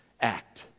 act